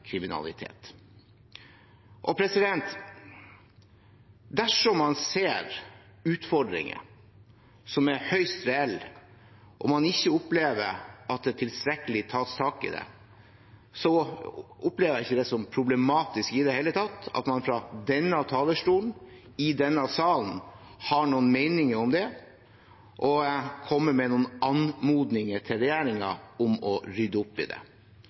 Dersom man ser utfordringer som er høyst reelle, og man ikke opplever at det tas tilstrekkelig tak i det, opplever jeg det ikke som problematisk i det hele tatt at man fra denne talerstolen, i denne salen har noen meninger om det og kommer med noen anmodninger til regjeringen om å rydde opp i det.